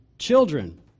children